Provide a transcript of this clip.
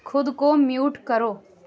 خود کو میوٹ کرو